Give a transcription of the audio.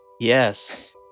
Yes